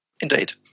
indeed